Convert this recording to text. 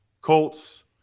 Colts